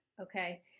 okay